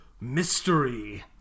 mystery